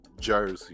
Jersey